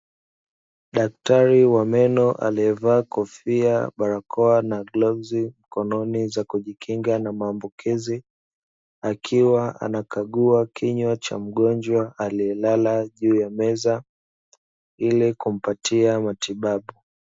Daktari wa meno alievaa kofia, barakoa pamoja na glovu mkononi za kujikinga na maambukizi. Akiwa anakagua kinywa cha mgonjwa alielala juu ya meza ili kumpatia matibabu.